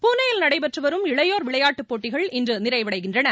புனேவில் நடைபெற்று வரும் இளையோர் விளையாட்டு போட்டிகள் இன்று நிறைவடைகின்றன